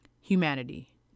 humanity